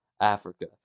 Africa